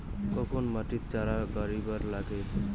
কখন মাটিত চারা গাড়িবা নাগে?